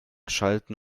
schalten